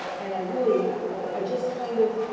and i really, i just kind of,